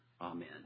amen